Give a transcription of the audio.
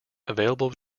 available